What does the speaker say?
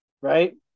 Right